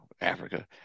Africa